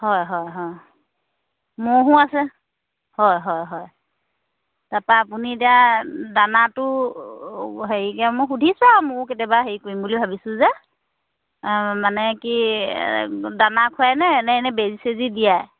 হয় হয় হয় ম'হো আছে হয় হয় হয় তাৰপৰা আপুনি এতিয়া দানাটো হেৰিকে মই সুধিছে আৰু ময়ো কেতিয়াবা হেৰি কৰিম বুলি ভাবিছোঁ যে মানে কি দানা খুৱায়নে নে এনেই বেজী চেজি দিয়ায়